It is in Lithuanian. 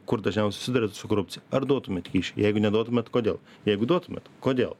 kur dažniau susiduriat su korupcija ar duotumėt kyšį jeigu neduotumėt kodėl jeigu duotumėt kodėl